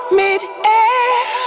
mid-air